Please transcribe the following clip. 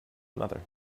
another